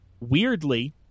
Weirdly